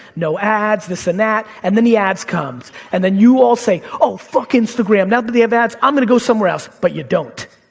no ads, this and that, and then the ads comes, and then you all say, oh, fuck instagram. now that they have ads i'm gonna go somewhere else. but you don't.